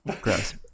Gross